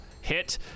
hit